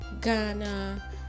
ghana